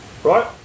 Right